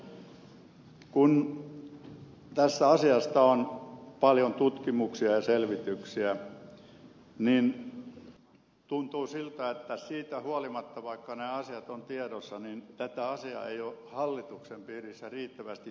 kun tästä asiasta on paljon tutkimuksia ja selvityksiä tuntuu siltä että siitä huolimatta vaikka ne asiat ovat tiedossa tätä asiaa ei ole hallituksen piirissä riittävästi tiedostettu